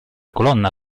colonna